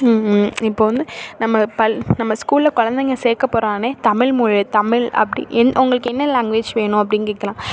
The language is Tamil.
இப்போ வந்து நம்ம பள் நம்ம ஸ்கூலில் குழந்தைங்க சேர்க்க போகிறாங்கனே தமிழ்மொழியை தமிழ் அப்படி என் உங்களுக்கு என்ன லாங்வேஜ் வேணும் அப்படின் கேட்குறான்